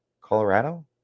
Colorado